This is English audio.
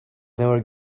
never